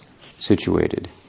situated